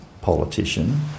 politician